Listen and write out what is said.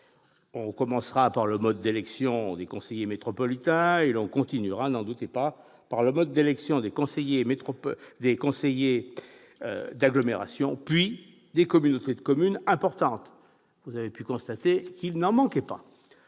On commencera par le mode d'élection des conseillers métropolitains et l'on continuera, n'en doutez pas, par celui des conseillers d'agglomération, puis des communautés de communes importantes. Il n'en manque pas